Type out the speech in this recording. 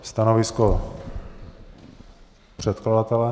Stanovisko předkladatele?